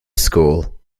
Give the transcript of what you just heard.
school